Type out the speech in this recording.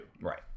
Right